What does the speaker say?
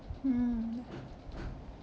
mm